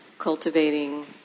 Cultivating